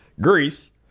Greece